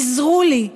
עזרו לי,